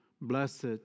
blessed